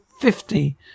fifty